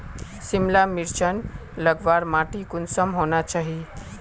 सिमला मिर्चान लगवार माटी कुंसम होना चही?